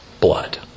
blood